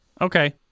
Okay